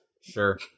sure